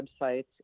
websites